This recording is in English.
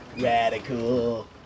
Radical